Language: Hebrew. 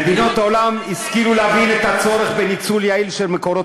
מדינות העולם השכילו להבין את הצורך בניצול יעיל של מקורות